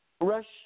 Rush